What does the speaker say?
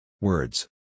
Words